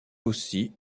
aussi